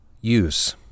Use